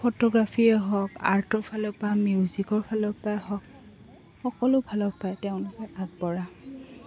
ফটোগ্ৰাফিয়ীয়ে হওক আৰ্টৰফালৰপৰাই মিউজিকৰফালৰপৰাই হওক সকলোফালৰপৰাই তেওঁলোকে আগবঢ়া